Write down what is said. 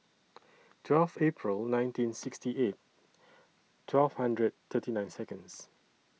twelve April nineteen sixty eight twelve hundred thirty nine Seconds